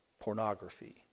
pornography